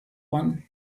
one